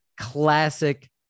classic